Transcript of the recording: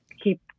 keep